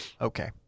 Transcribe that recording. Okay